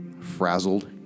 frazzled